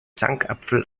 zankapfel